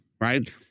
right